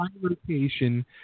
rotation